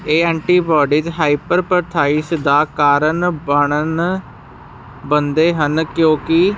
ਇਹ antibodies hyper ਪ੍ਰਥਾਈਸ ਦਾ ਕਾਰਨ ਬਣਨ ਬਣਦੇ ਹਨ ਕਿਉਂਕਿ